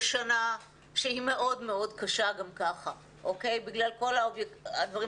בשנה שהיא גם כך קשה מאוד בגלל כל הדברים